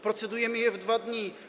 Procedujemy je w 2 dni.